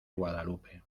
guadalupe